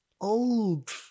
old